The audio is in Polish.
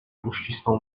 uścisnął